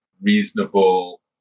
reasonable